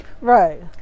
Right